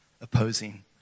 opposing